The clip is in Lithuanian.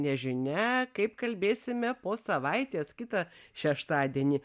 nežinia kaip kalbėsime po savaitės kitą šeštadienį